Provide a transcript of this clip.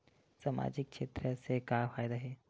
सामजिक क्षेत्र से का फ़ायदा हे?